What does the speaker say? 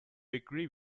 agree